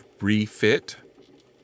refit